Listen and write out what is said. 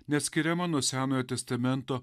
neatskiriama nuo senojo testamento